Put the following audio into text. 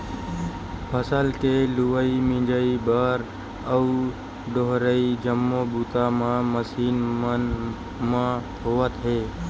फसल के लुवई, मिजई बर अउ डोहरई जम्मो बूता ह मसीन मन म होवत हे